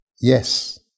Yes